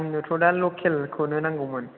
आंनोथ' दा लकेलखौनो नांगौमोन